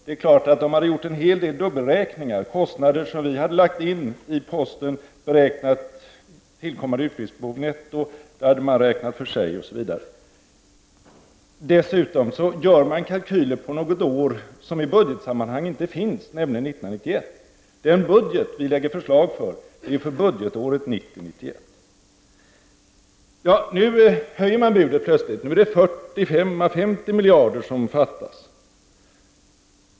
Det är klart att de hade gjort en hel del dubbelräkningar. Kostnader som vi hade lagt in i posten beräknad tillkommande utgift netto hade man räknat för sig, osv. Dessutom gör man kalkyler på något år som i budgetsammanhang inte finns, nämligen 1991. Den budget vi lägger fram förslag om är för budgetåret 1990/91. Nu höjer man budet plötsligt. Nu är det 45 å 50 miljarder som fattas.